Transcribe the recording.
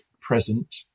present